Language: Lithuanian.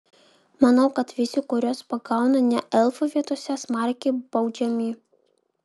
manau kad visi kuriuos pagauna ne elfų vietose smarkiai baudžiami